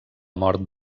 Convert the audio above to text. mort